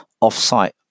off-site